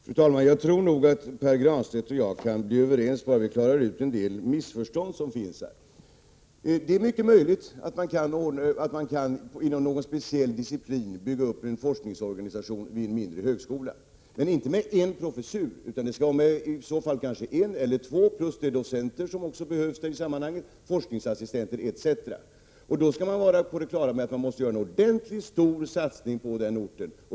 Fru talman! Jag tror nog att Pär Granstedt och jag kan bli överens, om vi bara klarar ut de missförstånd som föreligger. Det är mycket möjligt att man inom en viss disciplin kan bygga upp en forskningsorganisation vid en mindre högskola, men inte med en professur utan med en eller två och med de docenter som behövs i sammanhanget, forskningsassistenter etc. Då skall vi vara på det klara med att vi måste göra en stor satsning på den orten.